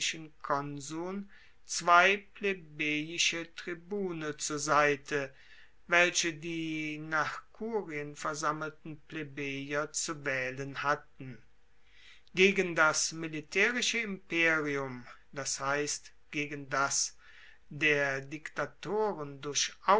konsuln zwei plebejische tribune zur seite welche die nach kurien versammelten plebejer zu waehlen hatten gegen das militaerische imperium das heisst gegen das der diktatoren durchaus